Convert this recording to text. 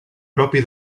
propi